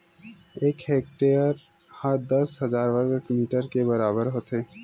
एक हेक्टेअर हा दस हजार वर्ग मीटर के बराबर होथे